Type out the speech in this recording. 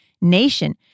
nation